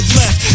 left